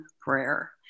prayer